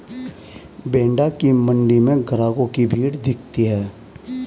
भेंड़ की मण्डी में ग्राहकों की भीड़ दिखती है